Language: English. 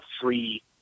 free